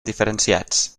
diferenciats